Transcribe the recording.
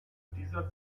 dieser